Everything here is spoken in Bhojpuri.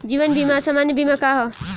जीवन बीमा आ सामान्य बीमा का ह?